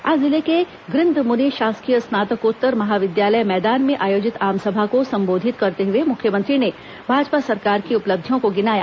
आज जिले के गृंधमुनि शासकीय स्नातकोत्तर महाविद्यालय मैदान में आयोजित आमसभा को संबोधित करते हुए मुख्यमंत्री ने भाजपा सरकार की उपलब्धियों को गिनाया